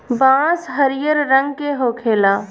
बांस हरियर रंग के होखेला